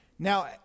Now